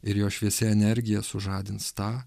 ir jo šviesi energija sužadins tą